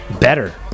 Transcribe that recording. better